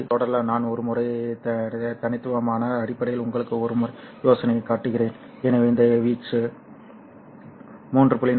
அது தொடரலாம் நான் ஒரு முறை தனித்துவமான அடிப்படையில் உங்களுக்கு ஒரு யோசனையைக் காட்டுகிறேன் எனவே இந்த வீச்சு 3